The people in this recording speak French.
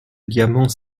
diamants